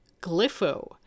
Glypho